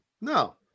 No